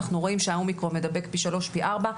אנחנו רואים שהאומיקרון מדבק פי שלוש, פי ארבע.